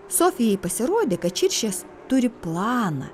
sofijai pasirodė kad širšės turi planą